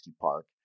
Park